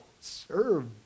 serve